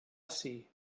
ací